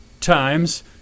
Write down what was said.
times